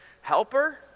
helper